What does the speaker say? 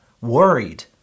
worried